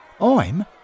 I'm